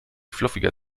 fluffiger